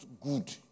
good